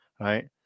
right